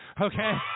Okay